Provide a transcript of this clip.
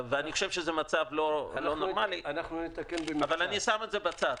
זה מצב לא נורמלי אבל אני שם את זה בצד.